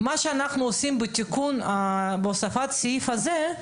מה שאנחנו עושים בהוספת הסעיף הזה,